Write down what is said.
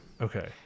Okay